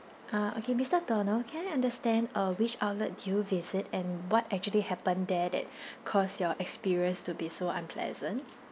ah okay mister donald can I understand uh which outlet do you visit and what actually happen there that cause your experience to be so unpleasant